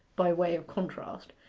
by way of contrast,